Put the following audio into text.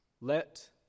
let